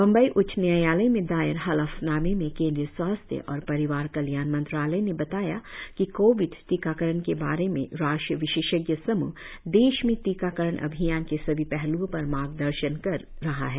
बंबई उच्च न्यायालय में दायर हलफनामे में केंद्रीय स्वास्थ्य और परिवार कल्याण मंत्रालय ने बताया कि कोविड टीकाकरण के बारे में राष्ट्रीय विशेषज्ञ समूह देश में टीकाकरण अभियान के सभी पहल्ओं पर मार्गदर्शन कर रहा है